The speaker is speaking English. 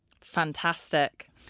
Fantastic